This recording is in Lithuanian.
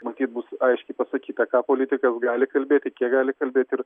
matyt bus aiškiai pasakyta ką politikas gali kalbėti kiek gali kalbėti ir